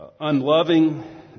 unloving